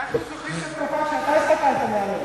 אנחנו זוכרים את התקופה שאתה הסתכלת מעלינו.